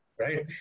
right